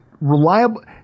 reliable